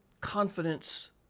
confidence